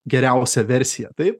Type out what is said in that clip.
geriausia versija taip